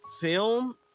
film